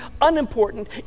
unimportant